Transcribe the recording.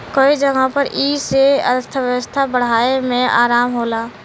कई जगह पर ई से अर्थव्यवस्था बढ़ाए मे आराम होला